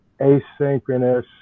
asynchronous